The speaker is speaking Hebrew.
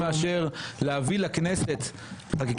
למה להפריע לו כשהוא ברשות הדיבור שלו?